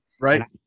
right